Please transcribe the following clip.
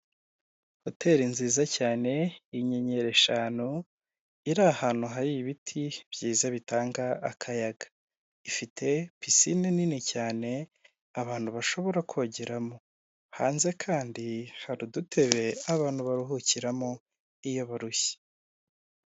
Hoteri nziza cyane y'inyenyeri eshanu, iri ahantu hari ibiti byiza bitanga akayaga, ifite pisine nini cyane abantu bashobora kongeramo, hanze kandi hari udutebe abantu baruhukiramo iyo barushye.